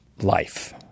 life